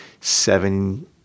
seven